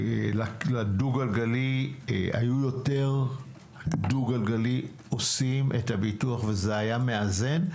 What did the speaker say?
לדו גלגלי היו יותר דו גלגלי עושים את הביטוח וזה היה מאזן?